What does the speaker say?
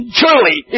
truly